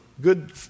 good